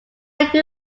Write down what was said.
agree